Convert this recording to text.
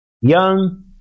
young